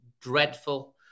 dreadful